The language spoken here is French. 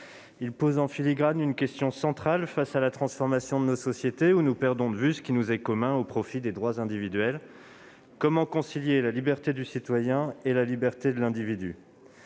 Il pose, en filigrane, une question centrale : face à la transformation de nos sociétés, où nous perdons de vue ce qui nous est commun au profit des droits individuels, comment concilier la liberté du citoyen et celle de l'individu ?